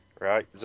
Right